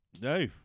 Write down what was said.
No